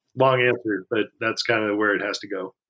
long answer, but that's kind of where it has to go.